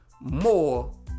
more